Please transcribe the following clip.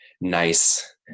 nice